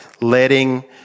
letting